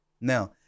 Now